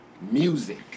music